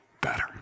better